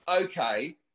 okay